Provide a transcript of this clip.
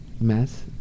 Mess